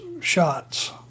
shots